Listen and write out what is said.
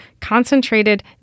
concentrated